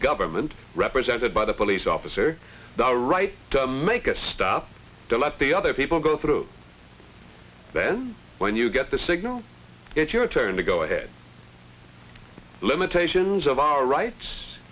government represented by the police officer the right to make a stop to let the other people go through then when you get the signal it's your turn to go ahead limitations of our rights